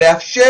לאפשר